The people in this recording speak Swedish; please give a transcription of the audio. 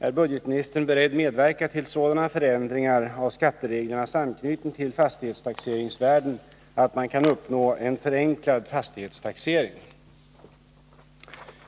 Är budgetministern beredd medverka till sådana förändringar av skattereglernas anknytning till fastighetstaxeringsvärden att man kan uppnå en förenklad fastighetstaxering?